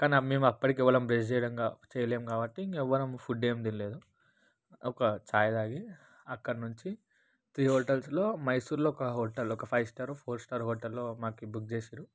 కానీ ఆ మేము అప్పుడే కేవలం బ్రష్ చేయాలేం కా చేయాలేం కాబట్టి ఎవ్వరము ఫుడ్దేం తినలేదు ఒక ఛాయ్ తాగి అక్కడ నుంచి త్రీ హోటల్స్లో మైసూర్లో ఒక హోటల్ ఒక ఫైవ్ స్టారో ఫోర్ స్టార్ హోటల్లో మాకీ బుక్ చేసారు